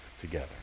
together